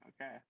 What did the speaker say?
Okay